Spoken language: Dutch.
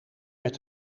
met